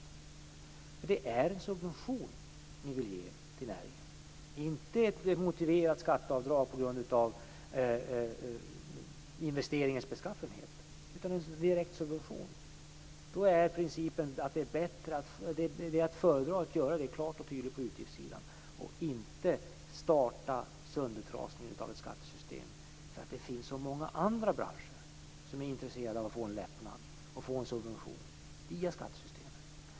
För det är en subvention som ni vill ge till näringen, inte ett motiverat skatteavdrag på grund av investeringens beskaffenhet utan en direkt subvention. Då är principen att det är att föredra att göra det klart och tydligt på utgiftssidan och inte att starta en söndertrasning av ett skattesystem. Det finns så många andra branscher som är intresserade av att få en lättnad och en subvention via skattesystemet.